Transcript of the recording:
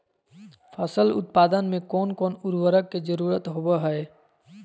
फसल उत्पादन में कोन कोन उर्वरक के जरुरत होवय हैय?